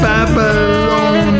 Babylon